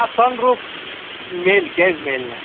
آ سَن روٗف میٚلہِ کیٛازِ میٚلہِ نہٕ